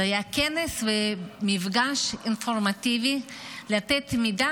זה היה כנס ומפגש אינפורמטיבי כדי לתת מידע